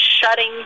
shutting